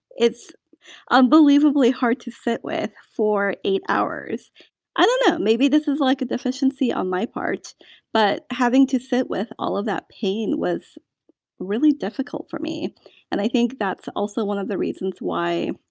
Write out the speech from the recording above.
it's unbelievably hard to sit with for eight hours i don't know maybe this is like a deficiency on my part but having to sit with all of that pain was really difficult for me and i think that's also one of the reasons why